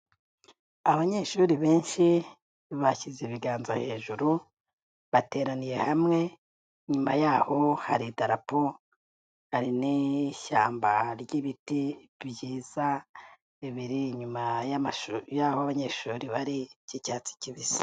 Abanyeshuri benshi bashyize ibiganza hejuru bateraniye hamwe, inyuma y'aho hari idarapo hari n'ishyamba ry'ibiti byiza bibiri inyuma y'aho abanyeshuri bari by'icyatsi kibisi.